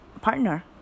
partner